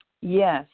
Yes